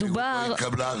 ההסתייגות לא התקבלה.